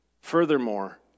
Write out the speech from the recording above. Furthermore